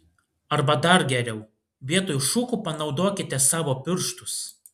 arba dar geriau vietoj šukų panaudokite savo pirštus